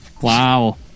Wow